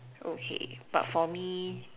okay but for me